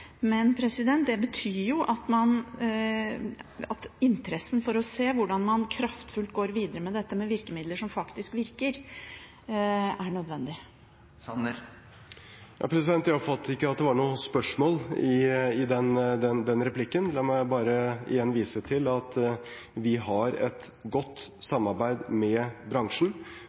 Men det betyr jo at det er interesse for å se hvordan man kraftfullt går videre med dette med virkemidler som faktisk virker – og det er nødvendig. Jeg oppfattet ikke at det var noe spørsmål i den replikken. La meg bare igjen vise til at vi har et godt